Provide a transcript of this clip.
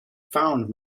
found